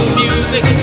music